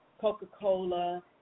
Coca-Cola